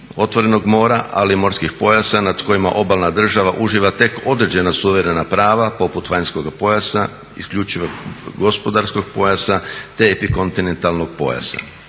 otvorenog mora ali i morskih pojasa nad kojima obalna država uživa tek određena suverena prava poput vanjskoga pojasa, isključivog gospodarskog pojasa te epikontinentalnog pojasa.